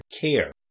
care